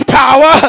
power